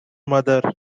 mother